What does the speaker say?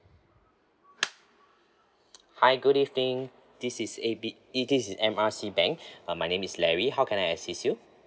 hi good evening this is A B eh this is M R C bank uh my name is larry how can I assist you